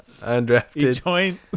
Undrafted